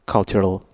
Cultural